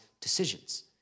decisions